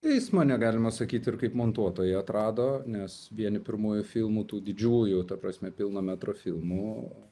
jis mane galima sakyti ir kaip montuotoją atrado nes vieni pirmųjų filmų tų didžiųjų ta prasme pilno metro filmų